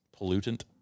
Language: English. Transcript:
pollutant